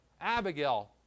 Abigail